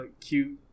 cute